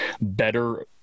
better